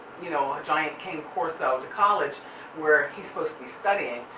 you know, a giant cane corso to college where he's supposed to be studying,